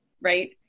Right